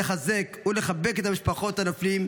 לחזק ולחבק את משפחות הנופלים.